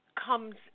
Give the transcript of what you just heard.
comes